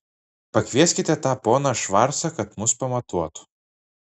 pakvieskite tą poną švarcą kad mus pamatuotų